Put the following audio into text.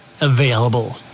available